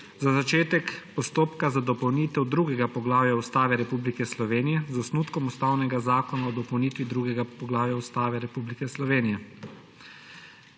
za začetek postopka za dopolnitev II. poglavja Ustave Republike Slovenije z osnutkom Ustavnega zakona o dopolnitvi II. poglavja Ustave Republike Slovenije.